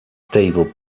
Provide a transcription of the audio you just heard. stable